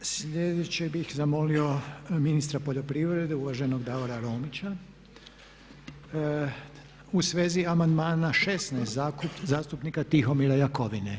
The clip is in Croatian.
Sljedeće bih zamolio ministra poljoprivrede, uvaženog Davora Romića u svezi amandmana 16. zastupnika Tihomira Jakovine.